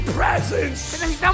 presence